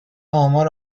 امار